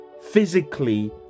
physically